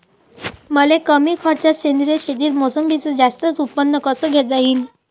मले कमी खर्चात सेंद्रीय शेतीत मोसंबीचं जास्त उत्पन्न कस घेता येईन?